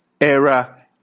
era